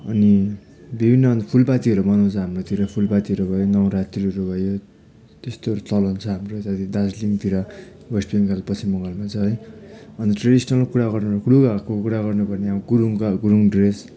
अनि विभिन्न फुलपाती मनाउँछ हाम्रोतिर फुलपातीहरू भयो नवरात्रिहरू भयो त्यस्तोहरू चलन छ हाम्रो यतातिर दार्जिलिङतिर वेस्ट बङ्गाल पश्चिम बङ्गालमा छ है अन्त ट्रेडिसनेल कुरा गर्ने हो भने लुगाको कुरा गर्नुपर्ने हो भने अब गुरुङको अब गुरुङ ड्रेस